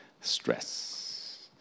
stress